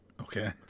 Okay